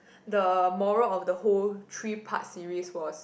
the moral of the whole three part series was